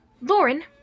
Lauren